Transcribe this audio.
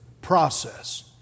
process